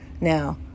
Now